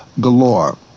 galore